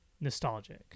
nostalgic